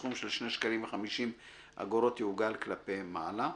סכום של שני שקלים וחמישים אגורות יעוגל כלפי מעלה,